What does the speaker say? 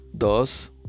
Thus